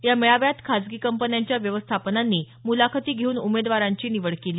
या मेळाव्यात खाजगी कंपन्यांच्या व्यवस्थापनांनी मुलाखती घेऊन उमेदवारांची निवड केली